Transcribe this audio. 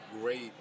great